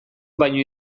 baino